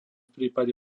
prípade